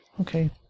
Okay